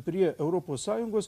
prie europos sąjungos